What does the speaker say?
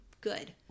good